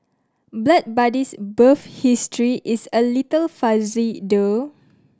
Blood Buddy's birth history is a little fuzzy